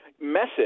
Message